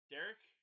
Derek